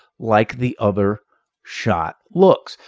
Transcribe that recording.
like the other shot looks.